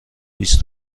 بیست